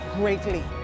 greatly